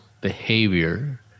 behavior